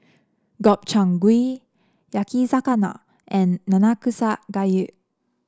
Gobchang Gui Yakizakana and Nanakusa Gayu